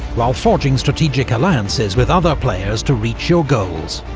while forging strategic alliances with other players to reach your goals.